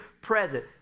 present